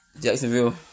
Jacksonville